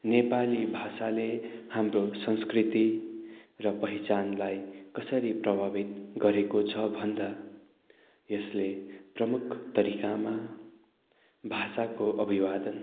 नेपाली भाषाले हाम्रो संस्कृति र पहिचानलाई कसरी प्रभावित गरेको छ भन्दा यसले प्रमुख तरिकामा भाषाको अभिवादन